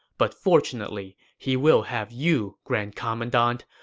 but fortunately he will have you, grand commandant,